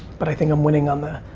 but i think i'm winning on the